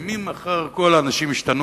וממחר כל האנשים ישתנו,